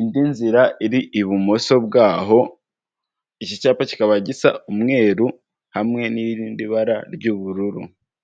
indi nzira iri ibumoso bwaho, iki cyapa kikaba gisa umweru hamwe n'irindi bara ry'ubururu.